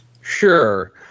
Sure